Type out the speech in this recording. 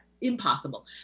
impossible